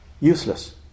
useless